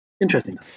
interesting